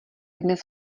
dnes